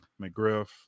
McGriff